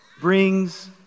brings